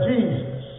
Jesus